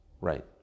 Right